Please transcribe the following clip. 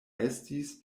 estis